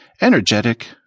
energetic